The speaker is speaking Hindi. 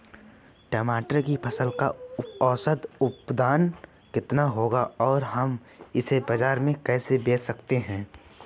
टमाटर की फसल का औसत उत्पादन कितना होगा और हम इसे बाजार में कैसे बेच सकते हैं?